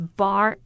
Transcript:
bar